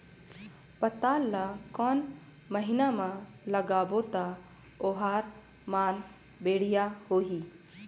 पातल ला कोन महीना मा लगाबो ता ओहार मान बेडिया होही?